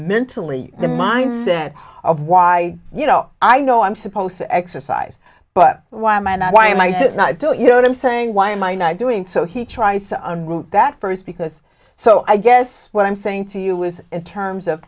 mentally the mindset of why you know i know i'm supposed to exercise but why am i not why am i did not do it you know i'm saying why am i not doing so he tries to unroot that first because so i guess what i'm saying to you was in terms of